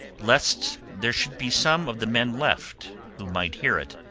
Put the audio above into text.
lest there should be some of the men left, who might hear it,